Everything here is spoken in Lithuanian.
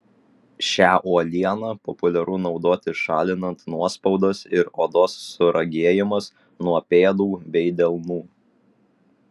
šią uolieną populiaru naudoti šalinant nuospaudas ir odos suragėjimas nuo pėdų bei delnų